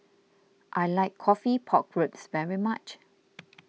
I like Coffee Pork Ribs very much